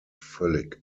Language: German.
völlig